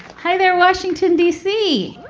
hi there, washington, d c.